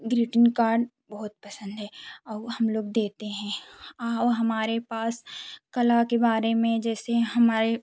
greeting card बहुत पसंद है और हम लोग देते हैं और हमारे पास कला के बारे में जैसे हमारे